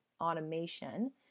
automation